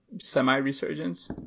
semi-resurgence